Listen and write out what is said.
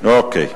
אוקיי.